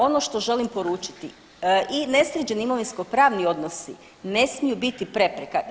Ono što želim poručiti i nesređeni imovinskopravni odnosi ne smiju biti prepreka.